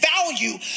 value